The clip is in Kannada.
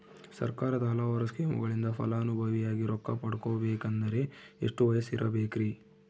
ಸರ್ಕಾರದ ಹಲವಾರು ಸ್ಕೇಮುಗಳಿಂದ ಫಲಾನುಭವಿಯಾಗಿ ರೊಕ್ಕ ಪಡಕೊಬೇಕಂದರೆ ಎಷ್ಟು ವಯಸ್ಸಿರಬೇಕ್ರಿ?